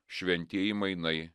šventieji mainai